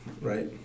right